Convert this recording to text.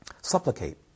Supplicate